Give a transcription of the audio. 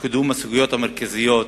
בקידום הסוגיות המרכזיות